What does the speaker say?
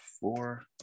four